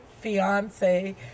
fiance